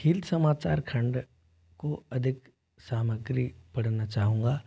खेल समाचार खंड को अधिक सामग्री पढ़ना चाहूँगा